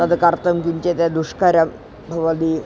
तद् कर्तुं किञ्चित् दुष्करं भवति